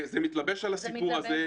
זה מתלבש על הסיפור הזה.